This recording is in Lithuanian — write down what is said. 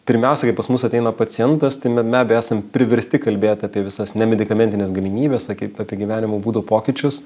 pirmiausiai jei pas mus ateina pacientas ti be abejo esam priversti kalbėt apie visas nemedikamentines galimybes tai kaip apie gyvenimo būdo pokyčius